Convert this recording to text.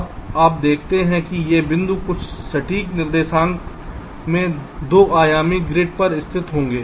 अब आप देखते हैं ये बिंदु कुछ सटीक निर्देशांक में 2 आयामी ग्रिड पर स्थित होंगे